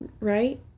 Right